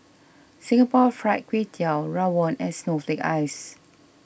Singapore Fried Kway Tiao Rawon and Snowflake Ice